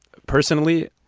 personally,